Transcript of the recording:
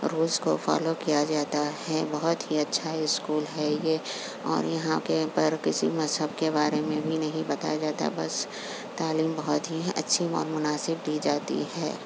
rules کو follow کیا جاتا ہے بہت ہی اچھا اسکول ہے یہ اور یہاں کے پر کسی مذہب کے بارے میں بھی نہیں بتایا جاتا بس تعلیم بہت ہی اچھی اور مناسب دی جاتی ہے